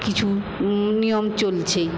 কিছু নিয়ম চলছে